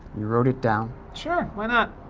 you wrote it down? sure. why not?